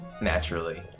Naturally